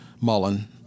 Mullen